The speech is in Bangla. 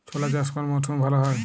ছোলা চাষ কোন মরশুমে ভালো হয়?